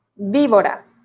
víbora